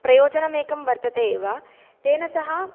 प्रयोजनमेकं वर्तते एव तेन सह